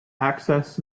access